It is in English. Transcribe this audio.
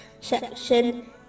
section